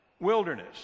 Wilderness